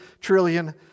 trillion